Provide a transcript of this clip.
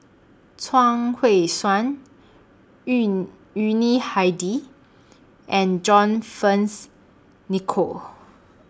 Chuang Hui Tsuan Yun Yuni Hadi and John Fearns Nicoll